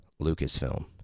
Lucasfilm